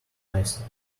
myself